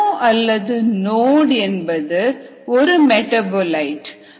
கணு அல்லது நோட் என்பது ஒரு மெடாபோலிட்